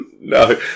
No